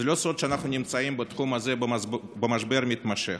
זה לא סוד שאנחנו נמצאים בתחום הזה במשבר מתמשך.